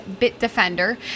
Bitdefender